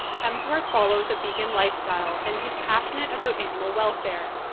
hemsworth follows a vegan lifestyle and he's passionate about animal welfare.